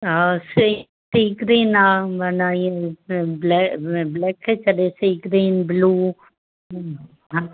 हा sea green आ माना इएं ब्लेक ब्लेक खे छॾे सी ग्रीन ब्लू हा